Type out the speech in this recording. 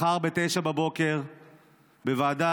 מחר ב-09:00 בבוקר בוועדה